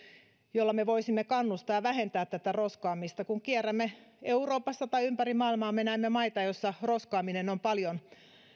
jolla me voisimme kannustaa ja vähentää tätä roskaamista kun kierrämme euroopassa tai ympäri maailmaa me näemme maita joissa roskaaminen on paljon